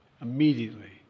immediately